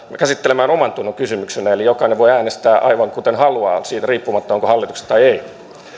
käsittelemään omantunnonkysymyksenä jolloin jokainen voi äänestää aivan kuten haluaa siitä riippumatta onko hallituksessa tai ei